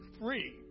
free